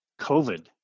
COVID